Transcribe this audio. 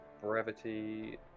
brevity